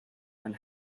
and